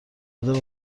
خدا